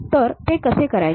तर ते कसे करायचे